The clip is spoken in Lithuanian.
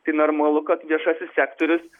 tai normalu kad viešasis sektorius